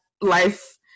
life